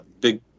big